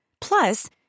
Plus